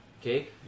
Okay